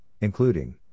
including